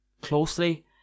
closely